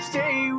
Stay